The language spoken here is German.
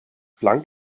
planck